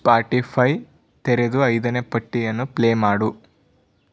Spotify ತೆರೆದು ಐದನೇ ಪಟ್ಟಿಯನ್ನು ಪ್ಲೇ ಮಾಡು